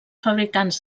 fabricants